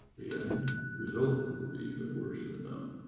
the end result will be even worse than now.